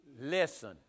Listen